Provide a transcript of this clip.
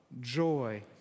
joy